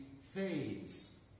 fades